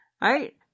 Right